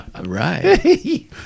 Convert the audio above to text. Right